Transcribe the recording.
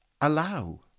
Allow